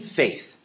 faith